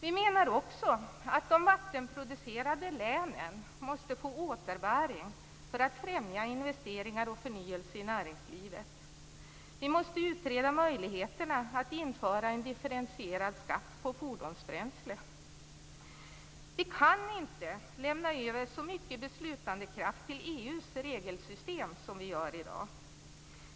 Vi menar också att de vattenkraftsproducerande länen måste få återbäring för att främja investeringar och förnyelse i näringslivet. Vi måste utreda möjligheterna att införa en differentierad skatt på fordonsbränsle. Vi kan inte lämna över så mycket beslutandekraft till EU:s regelsystem som vi gör i dag.